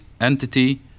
entity